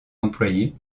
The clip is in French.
employés